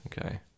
Okay